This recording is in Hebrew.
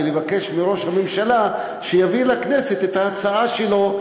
לבקש מראש הממשלה שיביא לכנסת את ההצעה שלו,